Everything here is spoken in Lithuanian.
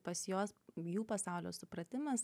pas juos jų pasaulio supratimas